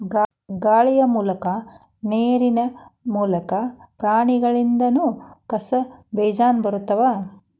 ಗಾಳಿ ಮೂಲಕಾ ನೇರಿನ ಮೂಲಕಾ, ಪ್ರಾಣಿಗಳಿಂದನು ಕಸದ ಬೇಜಾ ಬರತಾವ